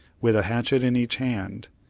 with a hatchet in each hand,